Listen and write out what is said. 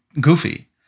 goofy